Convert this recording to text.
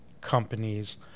companies